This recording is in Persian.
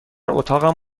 اتاقم